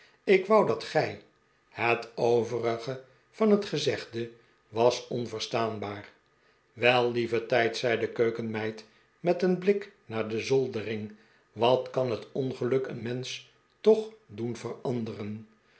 ik wou dat gij het overige van het gezegde was onverstaanbaar wel lieve tijd zei de keukenmeid met een blik naar de zoldering wat kan het ongeluk een mensch toch doen veranderen